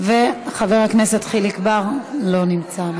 חבר הכנסת חיליק בר, לא נמצא.